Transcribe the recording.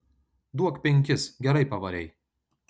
duok penkis gerai pavarei